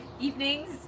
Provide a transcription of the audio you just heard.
evenings